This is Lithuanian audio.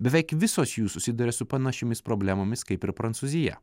beveik visos jų susiduria su panašiomis problemomis kaip ir prancūzija